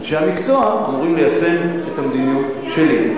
אנשי המקצוע אמורים ליישם את המדיניות שלי.